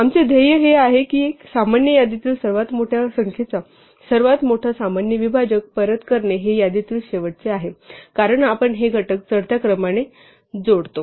आमचे ध्येय हे आहे की या सामान्य यादीतील सर्वात मोठ्या संख्येचा सर्वात मोठा सामान्य विभाजक परत करणे हे या यादीतील शेवटचे आहे कारण आपण हे घटक चढत्या क्रमाने जोडतो